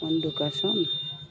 মধুকাসন